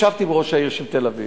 ישבתי עם ראש העיר של תל-אביב,